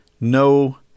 no